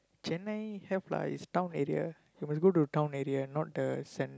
Chennai have lah is town area you must go to town area not the cent~